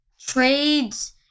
trades